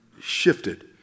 shifted